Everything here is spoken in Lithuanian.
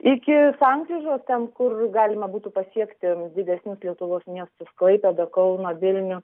iki sankryžos ten kur galima būtų pasiekti didesnius lietuvos miestus klaipėdą kauną vilnių